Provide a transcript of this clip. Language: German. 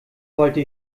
wollte